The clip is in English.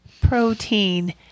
Protein